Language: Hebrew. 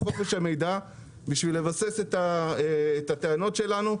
חוק חופש המידע בשביל לבסס את הטענות שלנו.